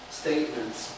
statements